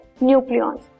nucleons